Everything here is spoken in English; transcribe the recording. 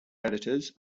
editors